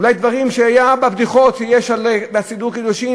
אולי דברים שהיו בבדיחות שיש על סידור קידושין,